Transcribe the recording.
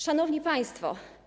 Szanowni Państwo!